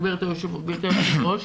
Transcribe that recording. גברתי היו"ר,